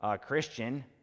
Christian